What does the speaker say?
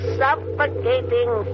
suffocating